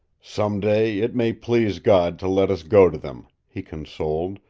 some day it may please god to let us go to them, he consoled,